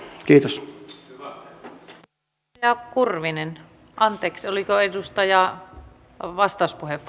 kiitos ö ö ja kurvinen tex oliko edustajaa ja vastauspuhe